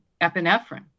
epinephrine